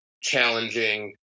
challenging